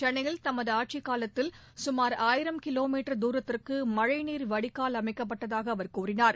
சென்னையில் தமது ஆட்சிக்காலத்தில் கமார் ஆயிரம் கிலோ மீட்டர் தூரத்திற்கு மழைநீர் வடிகால் அமைக்கப்பட்டதாக அவர் கூறினார்